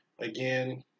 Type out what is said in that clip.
again